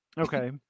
okay